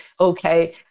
okay